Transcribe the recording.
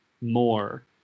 more